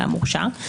למורשע.